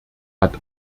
hat